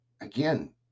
Again